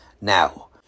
Now